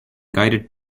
guided